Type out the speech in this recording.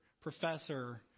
professor